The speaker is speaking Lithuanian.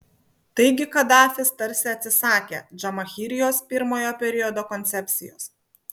taigi kadafis tarsi atsisakė džamahirijos pirmojo periodo koncepcijos